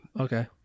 okay